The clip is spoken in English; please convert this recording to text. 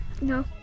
no